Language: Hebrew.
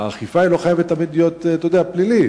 האכיפה לא חייבת תמיד להיות, אתה יודע, פלילית.